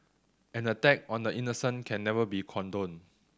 an attack on the innocent can never be condoned